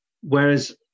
whereas